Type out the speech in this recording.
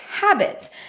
habits